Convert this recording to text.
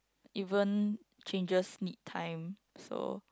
even changes need time so